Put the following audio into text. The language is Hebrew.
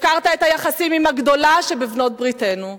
הפקרת את היחסים עם הגדולה שבבעלות בריתנו,